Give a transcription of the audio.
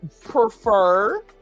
prefer